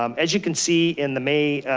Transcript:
um as you can see in the may